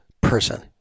person